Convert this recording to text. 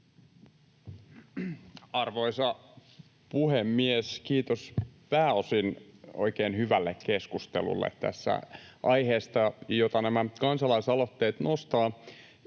Arvoisa puhemies! Kiitos pääosin oikein hyvälle keskustelulle aiheesta, jota nämä kansalaisaloitteet nostaa